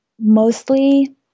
mostly